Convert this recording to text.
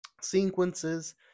sequences